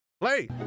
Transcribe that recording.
Play